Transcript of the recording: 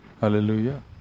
Hallelujah